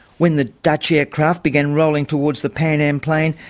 when the dutch aircraft began rolling towards the pan am plane,